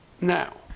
Now